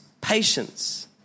patience